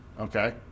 okay